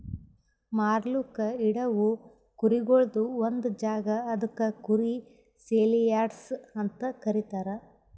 ಮಾರ್ಲುಕ್ ಇಡವು ಕುರಿಗೊಳ್ದು ಒಂದ್ ಜಾಗ ಅದುಕ್ ಕುರಿ ಸೇಲಿಯಾರ್ಡ್ಸ್ ಅಂತ ಕರೀತಾರ